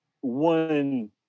one